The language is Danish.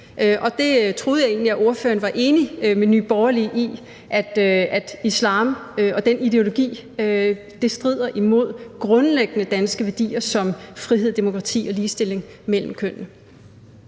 det troede jeg egentlig at spørgeren var enig med Nye Borgerlige i, altså at islam og den ideologi strider imod grundlæggende danske værdier som frihed, demokrati og ligestilling mellem kønnene.